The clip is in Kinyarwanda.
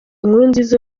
nkurunziza